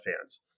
fans